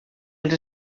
els